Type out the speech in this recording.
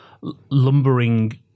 lumbering